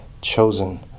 chosen